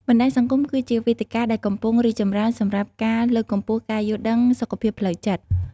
បណ្តាញសង្គមគឺជាវេទិកាដែលកំពុងរីកចម្រើនសម្រាប់ការលើកកម្ពស់ការយល់ដឹងសុខភាពផ្លូវចិត្ត។